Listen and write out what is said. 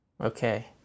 Okay